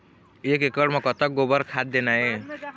एक एकड़ म कतक गोबर खाद देना ये?